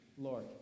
Lord